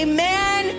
Amen